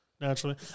Naturally